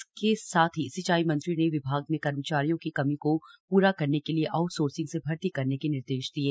इसके साथ ही सिंचाई मंत्री ने विभाग में कर्मचारियों की कमी को पूरा करने के लिए आऊट सोर्सिंग से भर्ती करने के निर्देश दिये